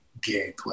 gameplay